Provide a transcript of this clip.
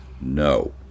no